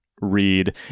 read